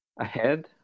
ahead